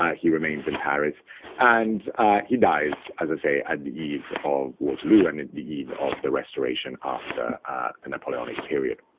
he remains in paris and he dies, as i say, at the eve of waterloo and at the eve of the restoration after the napoleonic period.